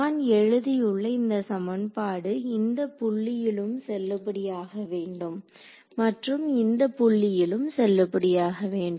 நான் எழுதியுள்ள இந்த சமன்பாடு இந்த புள்ளியிலும் செல்லுபடியாக வேண்டும் மற்றும் இந்த புள்ளியிலும் செல்லுபடியாக வேண்டும்